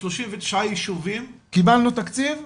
39 ישובים --- קיבלנו תקציב ובוצע.